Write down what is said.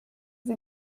sie